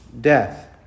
death